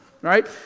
right